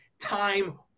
time